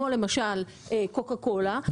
כמו למשל קוקה קולה,